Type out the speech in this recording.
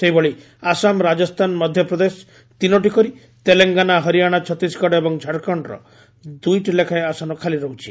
ସେହିଭଳି ଆସାମ ରାଜସ୍ଥାନ ମଧ୍ୟପ୍ରଦେଶ ତିନୋଟି କରି ତେଲଙ୍ଗାନା ହରିଆଣା ଛତିଶଗଡ଼ ଏବଂ ଝାଡ଼ଖଣ୍ଡର ଦୁଇଟି ଲେଖାଏଁ ଆସନ ଖାଲି ରହୁଛି